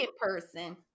person